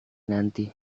nanti